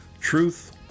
Truth